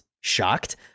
shocked